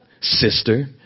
sister